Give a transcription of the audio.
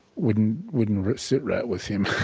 wouldn't wouldn't sit right with him